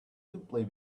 simply